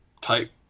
type